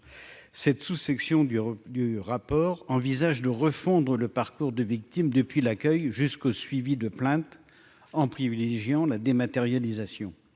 cette sous-section du du rapport envisage de refondre le parcours de victimes depuis l'accueil jusqu'au suivi de plaintes en privilégiant la dématérialisation